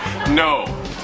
no